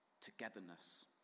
togetherness